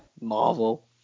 Marvel